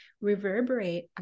reverberate